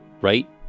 Right